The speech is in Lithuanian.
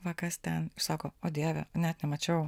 va kas ten ir sako o dieve net nemačiau